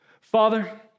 Father